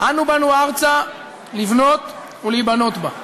אנו באנו ארצה לבנות ולהיבנות בה.